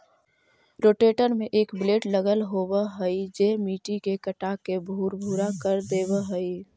rotator में एक blade लगल होवऽ हई जे मट्टी के काटके भुरभुरा कर देवऽ हई